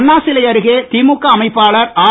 அண்ணாசிலை அருகே திமுக அமைப்பாளர் திரு